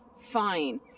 fine